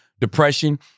depression